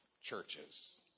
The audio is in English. churches